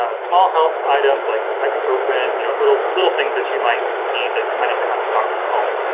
ah small health items like ibuprofen, you know, little little things that you might need that you might not have stocked at home.